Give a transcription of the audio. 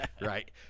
right